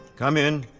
come in.